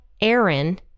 Aaron